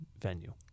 venue